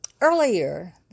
earlier